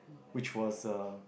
which was a